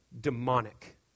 demonic